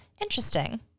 interesting